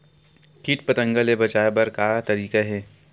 कीट पंतगा ले बचाय बर का तरीका हे?